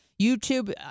YouTube